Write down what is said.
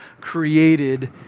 created